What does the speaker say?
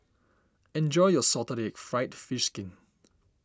enjoy your Salted Egg Fried Fish Skin